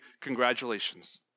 congratulations